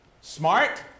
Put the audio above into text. smart